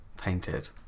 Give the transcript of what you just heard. Painted